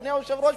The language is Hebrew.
אדוני היושב-ראש?